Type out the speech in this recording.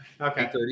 Okay